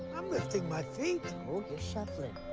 i'm lifting my you're shuffling.